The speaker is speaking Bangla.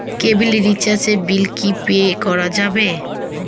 কেবিলের রিচার্জের বিল কি পে করা যাবে?